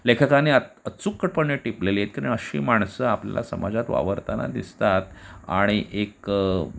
लेखकाने आत् अचूकपणे टिपलेले एक न अशी माणसं आपल्या समाजात वावरताना दिसतात आणि एक